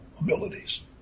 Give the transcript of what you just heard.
abilities